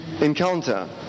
encounter